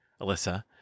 Alyssa